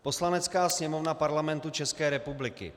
Poslanecká sněmovna Parlamentu České republiky: